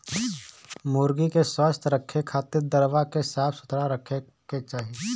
मुर्गी के स्वस्थ रखे खातिर दरबा के साफ सुथरा रखे के चाही